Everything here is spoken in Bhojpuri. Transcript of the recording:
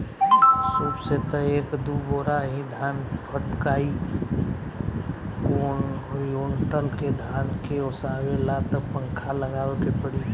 सूप से त एक दू बोरा ही धान फटकाइ कुंयुटल के धान के ओसावे ला त पंखा लगावे के पड़ी